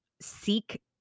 seek